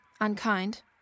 Unkind